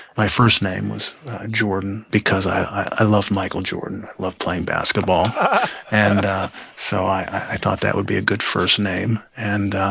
my first name was jordan because i love michael jordan. i love playing basketball and so i thought that would be a good first name. and